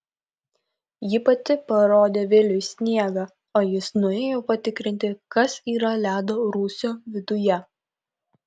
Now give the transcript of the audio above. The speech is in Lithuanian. ji pati parodė viliui sniegą o jis nuėjo patikrinti kas yra ledo rūsio viduje